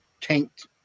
tanked